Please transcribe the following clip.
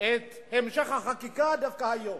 את המשך החקיקה דווקא היום.